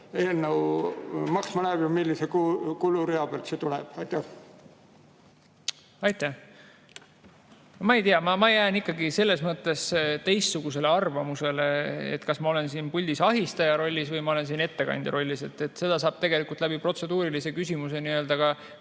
saamine] maksma läheks ja millise kulurea pealt see tuleks? Aitäh! Ma ei tea, ma jään ikkagi selles mõttes teistsugusele arvamusele, et kas ma olen siin puldis ahistaja rollis või ma olen siin ettekandja rollis. Seda saab tegelikult protseduurilise küsimusena ka